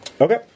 Okay